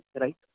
right